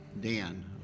Dan